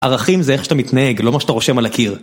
ערכים זה איך שאתה מתנהג, לא מה שאתה רושם על הקיר.